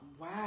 Wow